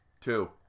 Two